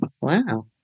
Wow